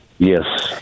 Yes